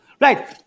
Right